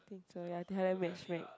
think so ya tell them matchmake